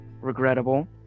regrettable